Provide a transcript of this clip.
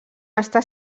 està